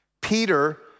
Peter